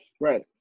Right